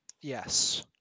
Yes